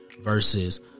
versus